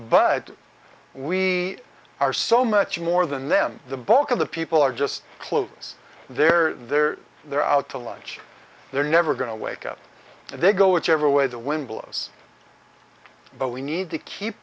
but we are so much more than them the bulk of the people are just close they're there they're out to lunch they're never going to wake up and they go whichever way the wind blows but we need to keep